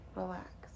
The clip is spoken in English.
relax